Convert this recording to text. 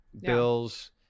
Bills